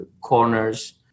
corners